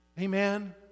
Amen